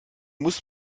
muss